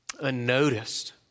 unnoticed